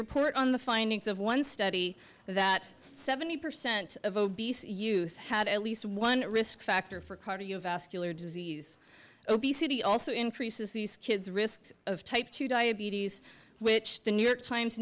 report on the findings of one study that seventy percent of obese youth had at least one risk factor for cardiovascular disease obesity also increases these kids risks of type two diabetes which the new york times